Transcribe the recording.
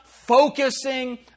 Focusing